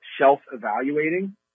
self-evaluating